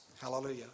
Hallelujah